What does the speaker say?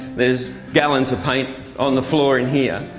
there's gallons of paint on the floor in here.